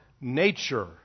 nature